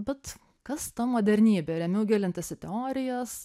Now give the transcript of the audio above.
bet kas ta modernybė ir ėmiau gilintis į teorijas